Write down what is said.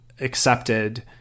accepted